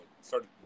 started